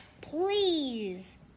Please